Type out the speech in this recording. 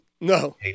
No